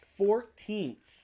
fourteenth